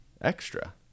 extra